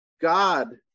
God